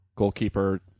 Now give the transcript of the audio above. Goalkeeper